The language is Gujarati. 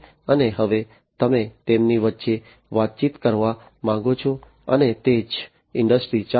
અને હવે તમે તેમની વચ્ચે વાતચીત કરવા માંગો છો અને તે જ ઇન્ડસ્ટ્રી 4